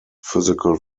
physical